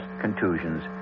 contusions